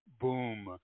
Boom